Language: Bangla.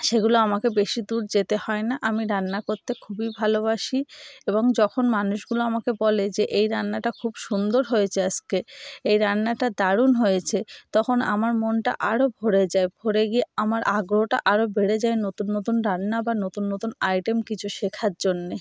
সেগুলো আমাকে বেশি দূর যেতে হয় না আমি রান্না করতে খুবই ভালোবাসি এবং যখন মানুষগুলো আমাকে বলে যে এই রান্নাটা খুব সুন্দর হয়েছে আজকে এই রান্নাটা দারুণ হয়েছে তখন আমার মনটা আরও ভরে যায় ভরে গিয়ে আমার আগ্রহটা আরও বেড়ে যায় নতুন নতুন রান্না বা নতুন নতুন আইটেম কিছু শেখার জন্যে